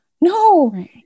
No